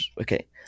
Okay